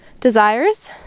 desires